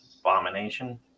abomination